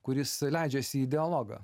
kuris leidžiasi į dialogą